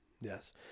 Yes